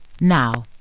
Now